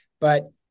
but-